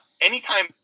anytime